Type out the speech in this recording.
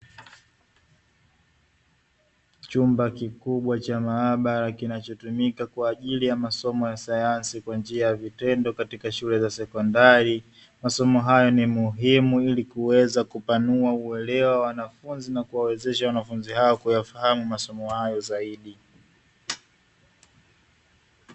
Chumba kikubwa cha maabara kinachotumika kwaajili ya mafunzo ya sayansi masomo hayo ni muhimu ili kuwawezesha uelewa zaidi